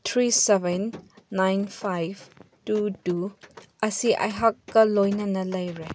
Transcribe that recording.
three seven nine ꯐꯥꯏꯕ two two ꯑꯁꯤ ꯑꯩꯍꯥꯛꯀ ꯂꯣꯏꯅꯅ ꯂꯩꯔꯦ